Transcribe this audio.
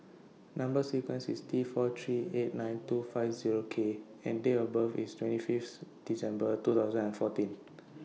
Number sequence IS T four three eight nine two five Zero K and Date of birth IS twenty Fifth December two thousand and fourteen